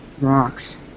rocks